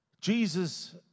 Jesus